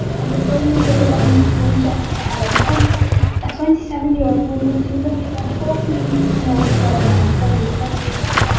and a phone number belonging to one jessica ellen thomson, a twenty seven year old woman who lived around four hundred metres north of where the man's body was located.